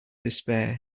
despair